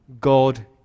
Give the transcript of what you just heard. God